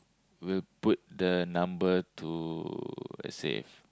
will put the number to let's say